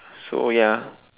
so ya